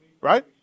Right